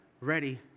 ready